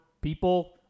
people